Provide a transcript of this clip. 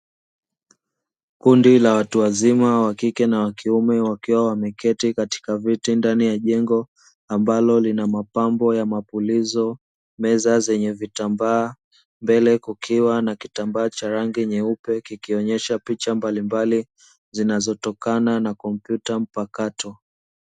Kundi la watu wazima, wakike na wakiume, wakiwa wameketi katika viti ndani ya jengo ambalo lina mapambo ya mapulizo, meza zenye vitambaa. Mbele kukiwa na kitambaa cha rangi nyeupe, kikionyesha picha mbalimbali zinazotokana na kompyuta mpakato.